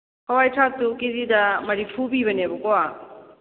ꯍꯋꯥꯏ ꯊ꯭ꯔꯥꯛꯁꯨ ꯀꯦꯖꯤꯗ ꯃꯔꯤꯐꯨ ꯄꯤꯕꯅꯦꯕꯀꯣ